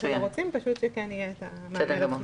בסדר גמור.